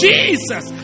Jesus